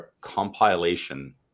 compilation